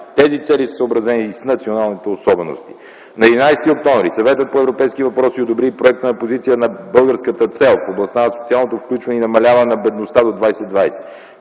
Тези цели са съобразени и с националните особености. На 11 октомври 2010 г. Съветът по европейски въпроси одобри проектната позиция на българската цел в областта на социалното включване и намаляване на бедността до 2020